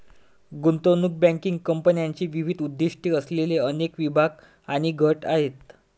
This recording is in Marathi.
गुंतवणूक बँकिंग कंपन्यांचे विविध उद्दीष्टे असलेले अनेक विभाग आणि गट आहेत